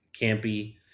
campy